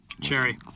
Cherry